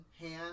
hand